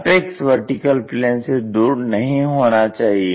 apex vertical plane से दूर नहीं होना चाहिए